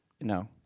no